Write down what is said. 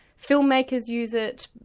film-makers use it,